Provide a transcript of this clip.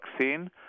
vaccine